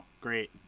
great